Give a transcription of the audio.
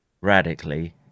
radically